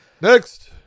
Next